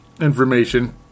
information